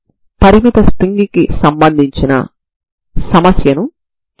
ఇది బెస్సెల్ సమీకరణానికి Sturm Liouville సమస్య అవుతుంది